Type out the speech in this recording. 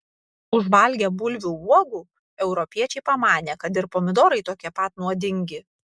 užvalgę bulvių uogų europiečiai pamanė kad ir pomidorai tokie pat nuodingi